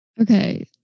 Okay